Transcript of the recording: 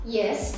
Yes